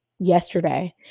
yesterday